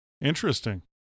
Interesting